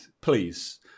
please